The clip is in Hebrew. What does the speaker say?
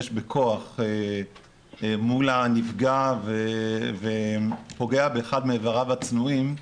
בכוח מול הנפגע ופוגע באחד מאבריו הצנועים,